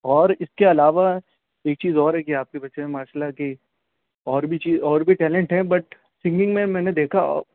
اور اس کے علاوہ ایک چیز اور ہے کہ آپ کے بچے میں ماشااللہ کہ اور بھی چیز اور بھی ٹیلنٹ ہیں بٹ سنگنگ میں میں نے دیکھا